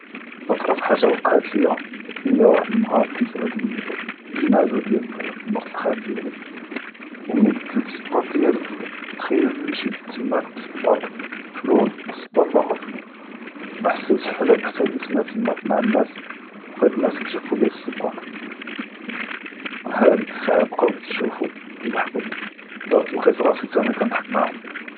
אטרף חאגה ווקאע ליא היא ואחד אלנהאר כנת פ אלג’נאזה דיאל מרא אלחאל דיאלי, ו מין בדלת אלס’باط דיאלי ת’ח’יילו אני נמשי תמא ס’باط פ לון ו ס’باط לוכ’ר פ לון, מא ח’סתיש חתה לקט נא תמא מע אלנאס, ו אלנאס יושופו ליא לס’باط, דאק אלשעה בקאו יושופו ו ידח’קו, דרת לקט ראסי תנה כנדח’קו מעהום.